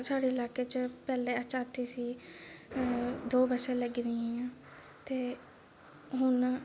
ते साढ़े लाकै च पैह्लें एसआरटीसी दौं बस्सां लग्गी दियां हियां ते हून